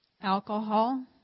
alcohol